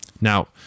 Now